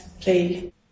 play